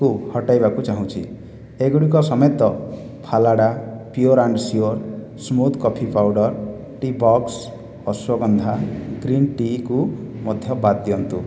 କୁ ହଟାଇବାକୁ ଚାହୁଁଛି ଏଗୁଡ଼ିକ ସମେତ ଫାଲାଡ଼ା pure and sure smooth coffee powder tea box ashwagandha green ଟି'କୁ ମଧ୍ୟ ବାଦ ଦିଅନ୍ତୁ